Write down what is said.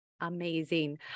Amazing